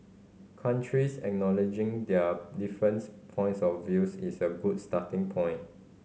countries acknowledging their different points of view is a good starting point